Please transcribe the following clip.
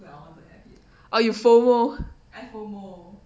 uh you FOMO